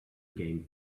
game